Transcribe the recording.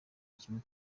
kimwe